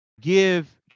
give